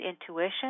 intuition